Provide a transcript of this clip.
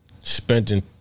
spending